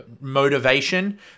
motivation